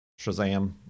shazam